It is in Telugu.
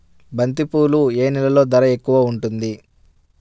బంతిపూలు ఏ నెలలో ధర ఎక్కువగా ఉంటుంది?